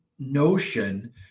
notion